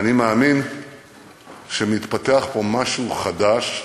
אני מאמין שמתפתח פה משהו חדש,